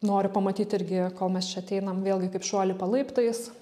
noriu pamatyt irgi kol mes čia ateinam vėlgi kaip šuo lipa laiptais